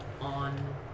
on